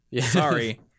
Sorry